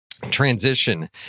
transition